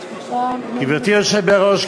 גברתי היושבת בראש,